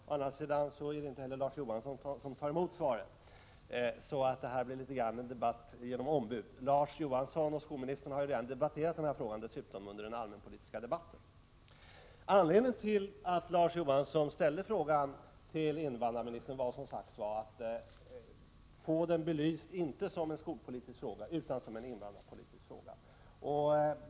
Å andra sidan är det inte heller Larz Johansson som tar emot svaret; det här blir alltså så att säga en debatt genom ombud. Larz Johansson och skolministern har dessutom diskuterat frågan under den allmänpolitiska debatten. Anledningen till att Larz Johansson ställde frågan till invandrarministern var, som sagt, att han ville få den belyst inte som en skolpolitisk fråga utan som en invandrarpolitisk fråga.